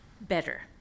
better